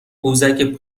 قوزک